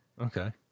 Okay